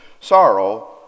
sorrow